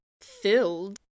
filled